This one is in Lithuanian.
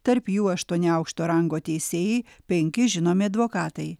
tarp jų aštuoni aukšto rango teisėjai penki žinomi advokatai